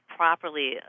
properly